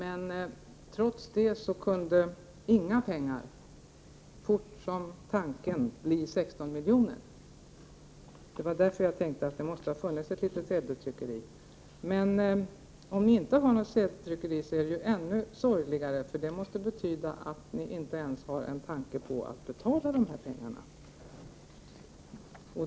Trots det kunde 0 kr. snabbt som tanken bli 16 milj.kr. Det var därför som jag tänkte att det fanns ett sedeltryckeri. Om ni inte har det är det ännu sorgligare, därför att det måste betyda att ni inte ens har en tanke på att betala dessa pengar.